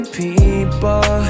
people